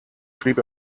schrieb